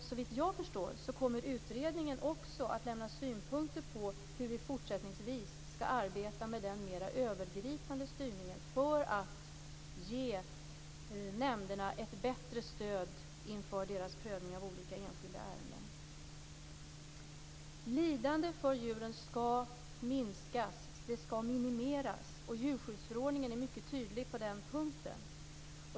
Såvitt jag förstår kommer utredningen också att lämna synpunkter på hur vi fortsättningsvis skall arbeta med den mer övergripande styrningen för att ge nämnderna ett bättre stöd inför deras prövning av olika enskilda ärenden. Lidandet för djuren skall minskas och minimeras. Djurskyddsförordningen är mycket tydlig på den punkten.